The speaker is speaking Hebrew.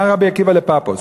אמר רבי עקיבא לפפוס: